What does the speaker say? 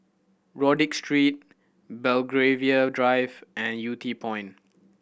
Rodyk Street Belgravia Drive and Yew Tee Point